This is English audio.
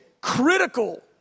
critical